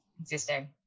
existing